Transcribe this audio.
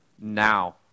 Now